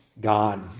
God